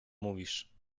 mówisz